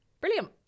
Brilliant